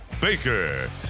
Baker